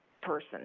person